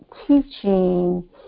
teaching